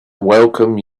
welcome